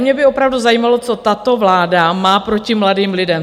Mě by opravdu zajímalo, co tato vláda má proti mladým lidem.